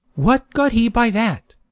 what got he by that?